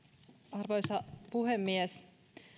arvoisa puhemies